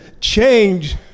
change